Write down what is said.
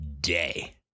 day